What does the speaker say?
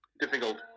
difficult